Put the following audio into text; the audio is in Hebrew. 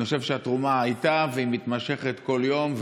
אני חושב שהתרומה הייתה והיא מתמשכת כל יום,